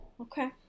Okay